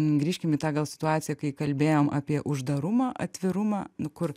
grįžkim į tą gal situaciją kai kalbėjom apie uždarumą atvirumą nu kur